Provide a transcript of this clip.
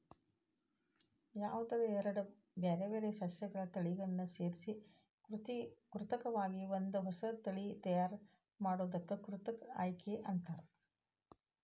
ಯಾವದರ ಎರಡ್ ಬ್ಯಾರ್ಬ್ಯಾರೇ ಸಸ್ಯಗಳ ತಳಿಗಳನ್ನ ಸೇರ್ಸಿ ಕೃತಕವಾಗಿ ಒಂದ ಹೊಸಾ ತಳಿ ತಯಾರ್ ಮಾಡೋದಕ್ಕ ಕೃತಕ ಆಯ್ಕೆ ಅಂತಾರ